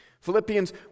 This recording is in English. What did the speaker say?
Philippians